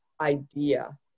idea